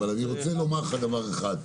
אבל אני רוצה לומר לך דבר אחד,